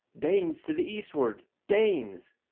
danes to the eastward danes!